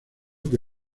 que